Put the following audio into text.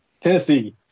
Tennessee